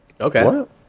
Okay